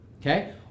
Okay